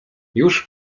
już